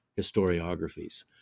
historiographies